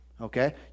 Okay